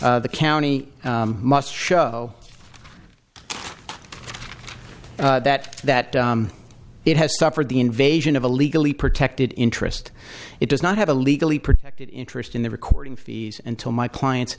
the county must show that that it has suffered the invasion of a legally protected interest it does not have a legally protected interest in the recording fees until my clients